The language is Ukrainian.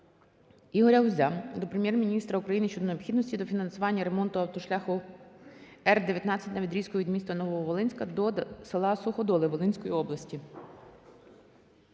Ігоря Гузя до Прем'єр-міністра України щодо необхідності дофінансування ремонту автошляху Р-19 на відрізку від міста Нововолинська до села Суходоли (Волинська область).